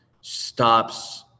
stops